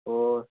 ꯑꯣ